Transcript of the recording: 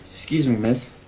excuse me miss.